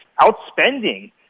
outspending